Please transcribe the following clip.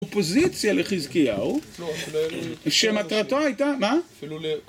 אופוזיציה לחזקיהו שמטרתו הייתה... מה?